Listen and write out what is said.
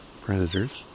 predators